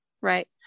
Right